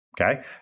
Okay